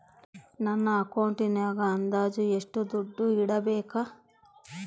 ನನ್ನ ಅಕೌಂಟಿನಾಗ ಅಂದಾಜು ಎಷ್ಟು ದುಡ್ಡು ಇಡಬೇಕಾ?